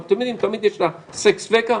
אבל תמיד יש ספקות.